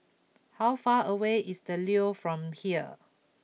how far away is The Leo from here